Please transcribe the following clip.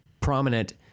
prominent